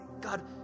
God